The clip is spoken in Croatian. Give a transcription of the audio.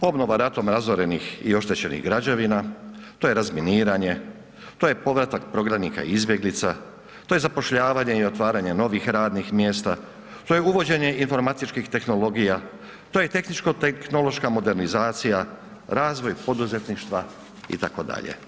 To su obnova ratom razorenih i oštećenih građevina, to je razminiranje, to je povratak prognanika i izbjeglica, to je zapošljavanje i otvaranje novih radnih mjesta, to je uvođenje informacijskih tehnologija, to je tehničko tehnološka modernizacija, razvoj poduzetništva itd.